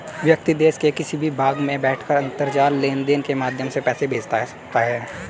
व्यक्ति देश के किसी भी भाग में बैठकर अंतरजाल लेनदेन के माध्यम से पैसा भेज सकता है